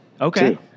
Okay